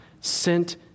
sent